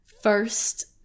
first